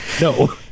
no